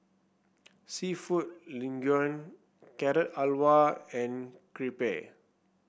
seafood Linguine Carrot Halwa and Crepe